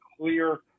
clear